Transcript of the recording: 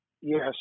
Yes